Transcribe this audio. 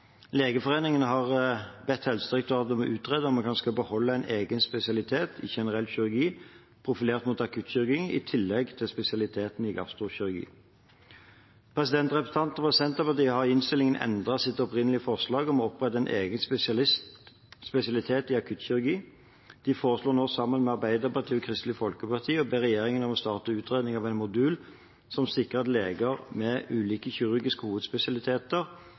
har bedt Helsedirektoratet om å utrede om man skal beholde en egen spesialitet i generell kirurgi profilert mot akuttkirurgi i tillegg til spesialiteten i gastrokirurgi. Representanter fra Senterpartiet har i innstillingen endret sitt opprinnelige forslag om å opprette en spesialitet i akuttkirurgi. De foreslår nå sammen med Arbeiderpartiet og Kristelig Folkeparti å be regjeringen om å starte utredning av en modul som sikrer at leger med ulike kirurgiske hovedspesialiteter